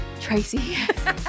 Tracy